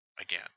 again